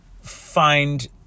find